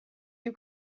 you